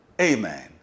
amen